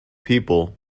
people